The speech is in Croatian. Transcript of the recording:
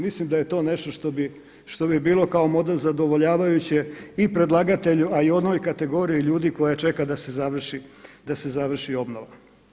Mislim da je to nešto što bi bilo kao model zadovoljavajuće i predlagatelju, a i onoj kategoriji ljudi koja čeka da se završi obnova.